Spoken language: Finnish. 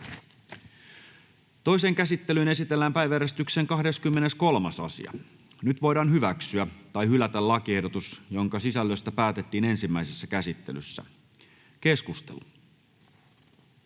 Toiseen käsittelyyn esitellään päiväjärjestyksen 13. asia. Nyt voidaan hyväksyä tai hylätä lakiehdotukset, joiden sisällöstä päätettiin ensimmäisessä käsittelyssä. — Edustaja